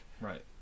Right